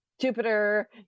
Jupiter